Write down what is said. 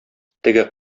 теге